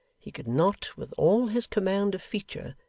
he could not, with all his command of feature,